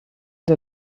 der